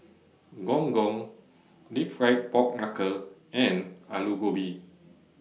Gong Gong Deep Fried Pork Knuckle and Aloo Gobi